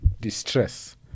distress